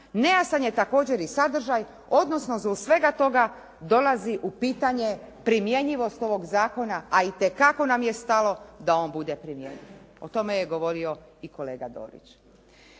nejasan je također i sadržaj, odnosno zbog svega toga dolazi u pitanje primjenjivost ovog zakona a itekako nam je stalo da on bude primjenjiv, o tome je govorio i kolega Dorić.